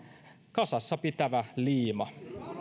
kasassa pitävä liima